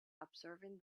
observing